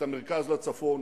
את המרכז לצפון,